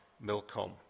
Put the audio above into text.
Milcom